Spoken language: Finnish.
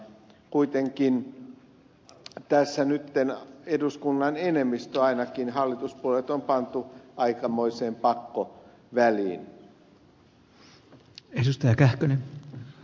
kuitenkin tässä nyt eduskunnan enemmistö ainakin hallituspuolueet on pantu aikamoiseen pakkoväliin